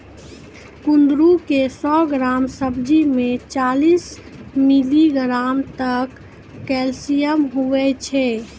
कुंदरू के सौ ग्राम सब्जी मे चालीस मिलीग्राम तक कैल्शियम हुवै छै